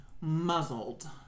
muzzled